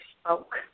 spoke